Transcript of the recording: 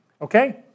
Okay